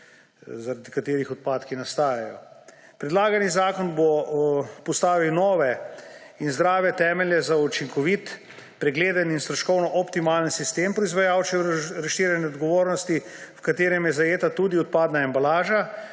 zaradi katerih odpadki nastajajo. Predlagani zakon bo postavil nove in zdrave temelje za učinkovit, pregleden in stroškovno optimalen sistem proizvajalčeve razširjene odgovornosti, v katerem je zajeta tudi odpadna embalaža.